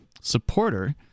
supporter